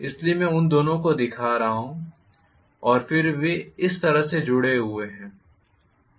इसलिए मैं उन दोनों को दिखा रहा हूं और फिर वे इस तरह से जुड़े हुए हैं यह इस प्रकार है